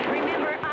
remember